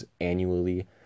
annually